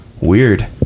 Weird